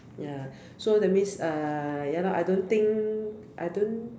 ya so that mean uh ya lah I don't think I don't